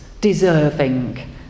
deserving